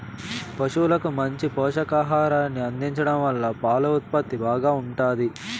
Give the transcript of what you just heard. పసువులకు మంచి పోషకాహారాన్ని అందించడం వల్ల పాల ఉత్పత్తి బాగా ఉంటాది